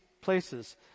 places